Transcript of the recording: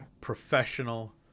professional